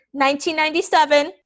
1997